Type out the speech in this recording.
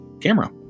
camera